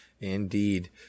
Indeed